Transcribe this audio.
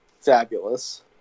fabulous